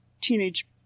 teenage